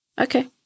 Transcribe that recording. Okay